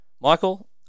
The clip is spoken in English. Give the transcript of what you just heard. Michael